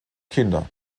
kinder